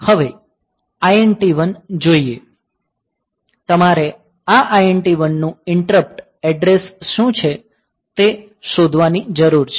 હવે INT1 જોઈએ તમારે આ INT1 નું ઇન્ટરપ્ટ એડ્રેસ શું છે તે શોધવાની જરૂર છે